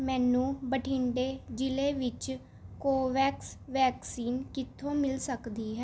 ਮੈਨੂੰ ਬਠਿੰਡੇ ਜ਼ਿਲ੍ਹੇ ਵਿੱਚ ਕੋਵੈਕਸ ਵੈਕਸੀਨ ਕਿੱਥੋਂ ਮਿਲ ਸਕਦੀ ਹੈ